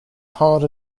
hard